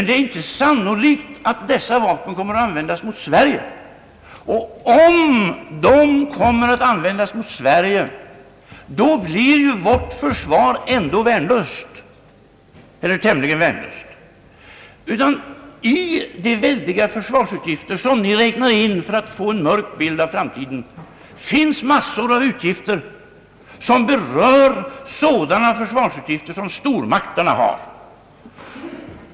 Det är inte sannolikt att sådana vapen kommer att användas mot Sverige, men om så skulle ske blir vårt försvar ändå tämligen värnlöst. I de enorma försvarsutgifter, som ni räknar med skall behövas för att inte framtiden skall bli mörk ur försvarssynpunkt, finns en mängd utgifter för sådana försvarsmedel som stormakterna har.